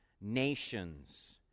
nations